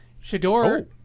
Shador